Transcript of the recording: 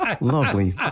lovely